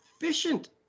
efficient